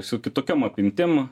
su kitokiom apimtim